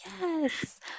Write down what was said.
Yes